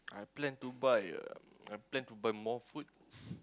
I plan to buy um I plan to buy more food